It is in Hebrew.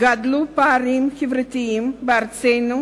גדלו הפערים החברתיים בארצנו